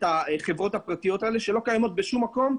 החברות הפרטיות שלא קיימות בשום מקום,